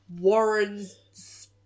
Warren's